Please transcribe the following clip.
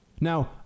Now